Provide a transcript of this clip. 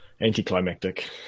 Anticlimactic